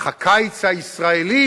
אך הקיץ הישראלי